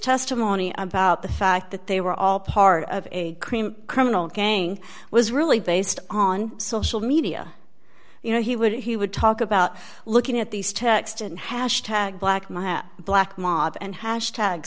testimony about the fact that they were all part of a cream criminal gang was really based on social media you know he would he would talk about looking at these text and hash tag black my black mob and hash tag